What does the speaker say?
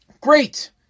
Great